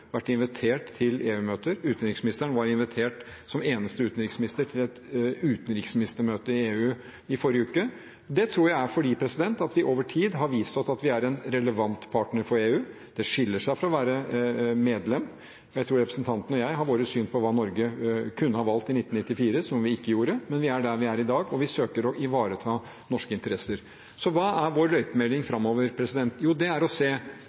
vært invitert til EU-møter. Utenriksministeren var invitert som eneste utenriksminister utenfor EU til et utenriksministermøte i EU i forrige uke. Det tror jeg er fordi vi over tid har vist at vi er en relevant partner for EU. Det skiller seg fra å være medlem. Jeg tror representanten og jeg har våre syn på hva Norge kunne ha valgt i 1994, som vi ikke gjorde, men vi er der vi er i dag, og vi søker å ivareta norske interesser. Så hva er vår løypemelding framover? Jo, det er å se: